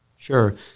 Sure